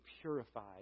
purified